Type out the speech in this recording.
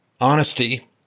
honesty